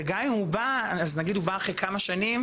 וגם אם הוא בא, אז נגיד הוא בא אחרי כמה שנים.